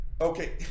Okay